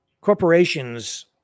Corporations